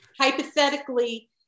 hypothetically